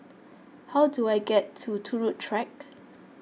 how do I get to Turut Track